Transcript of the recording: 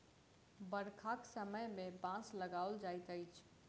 बरखाक समय मे बाँस लगाओल जाइत अछि